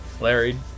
Larry